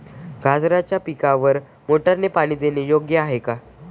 गाजराच्या पिकाला मोटारने पाणी देणे योग्य आहे का?